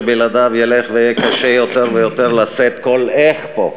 שבלעדיה ילך ויהיה קשה יותר ויותר לשאת כל "איך" פה,